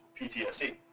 PTSD